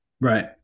Right